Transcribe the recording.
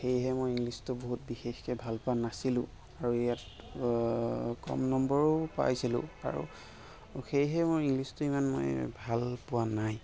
সেয়েহে মই ইংলিছটো বহুত বিশেষকৈ ভাল পোৱা নাছিলোঁ আৰু ইয়াত কম নম্বৰো পাইছিলোঁ আৰু সেয়েহে মই ইংলিছটো ইমান মই ভাল পোৱা নাই